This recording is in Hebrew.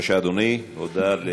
אין מתנגדים, אין נמנעים.